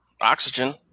Oxygen